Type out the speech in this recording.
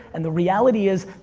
and the reality is,